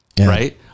right